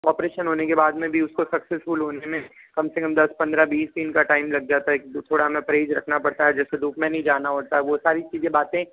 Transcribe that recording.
operation होने के बाद में भी उसको सक्सेसफुल होने में कम से कम दस पंद्रह बीस दिन का टाइम लग जाता है थोड़ा हमें परहेज़ रखना पड़ता है जैसे धूप में नहीं जाना होता है वो सारी चीज़ें बातें